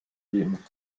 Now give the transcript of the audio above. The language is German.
geben